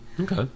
Okay